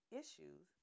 issues